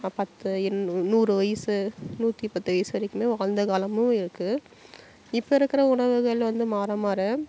பத்து நூறு வயசு நூற்றி பத்து வயசு வரைக்கும் வாழ்ந்த காலமும் இருக்குது இப்போ இருக்கிற உணவுகள் வந்து மாற மாற